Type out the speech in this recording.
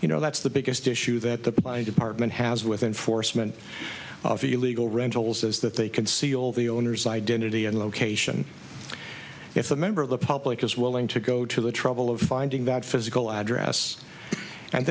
you know that's the biggest issue that the department has with enforcement of illegal rentals is that they could seal the owner's identity and location if a member of the public is willing to go to the trouble of finding that physical address and